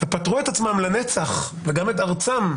ופטרו את עצמם לנצח, וגם את ארצם,